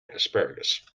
asparagus